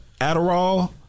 Adderall